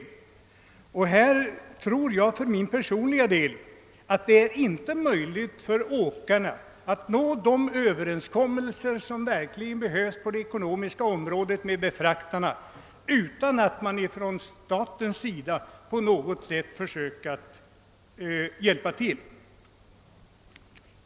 Jag tror inte att det är möjligt för åkarna att nå en ekonomiskt godtagbar överenskommelse med befraktarna om inte staten försöker hjälpa till.